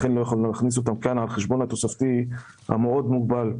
לכן לא יכולנו להכניס אותם לכאן על חשבון התוספתי המאוד מוגבל.